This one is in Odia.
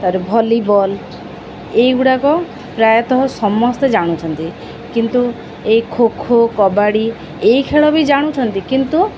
ତାପରେ ଭଲିବଲ୍ ଏଇ ଗୁଡ଼ାକ ପ୍ରାୟତଃ ସମସ୍ତେ ଜାଣୁଛନ୍ତି କିନ୍ତୁ ଏଇ ଖୋଖୋ କବାଡ଼ି ଏଇ ଖେଳ ବି ଜାଣୁଛନ୍ତି କିନ୍ତୁ